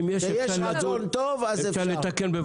אם יש רצון טוב אז אפשר.